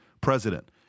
President